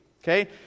Okay